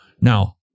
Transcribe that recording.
Now